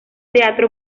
teatro